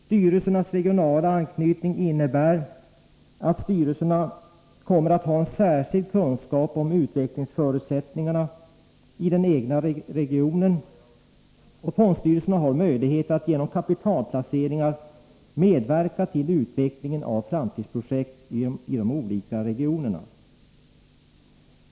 Styrelsernas regionala anknytning innebär att styrelserna kommer att ha en särskild kunskap om utvecklingsförutsättningarna i den egna regionen. Fondstyrelserna har möjlighet att genom kapitalplaceringar medverka till utvecklingen av framtidsprojekt i de olika regionerna.